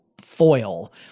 foil